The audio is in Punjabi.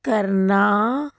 ਕਰਨਾ